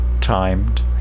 timed